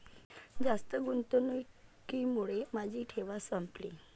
जास्त गुंतवणुकीमुळे माझी ठेव संपली